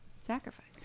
sacrifice